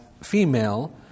female